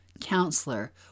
counselor